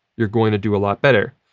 you're going to do a lot better.